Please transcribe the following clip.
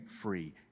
free